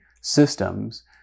systems